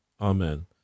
amen